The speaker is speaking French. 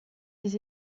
ses